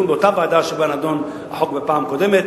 באותה ועדה שבה נדון החוק בפעם הקודמת,